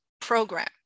program